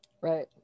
right